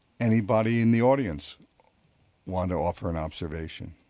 anybody in the audience want to offer an observation?